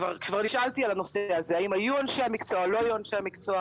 כבר נשאלתי האם היו או לא היו אנשי המקצוע.